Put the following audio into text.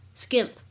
skimp